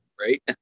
Right